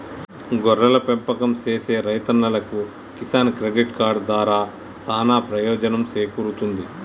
గొర్రెల పెంపకం సేసే రైతన్నలకు కిసాన్ క్రెడిట్ కార్డు దారా సానా పెయోజనం సేకూరుతుంది